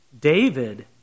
David